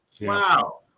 Wow